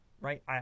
right